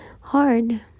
hard